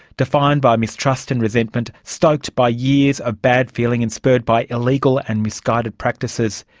defined by mistrust and resentment, stoked by years of bad feeling and spurred by illegal and misguided practices,